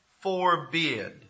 forbid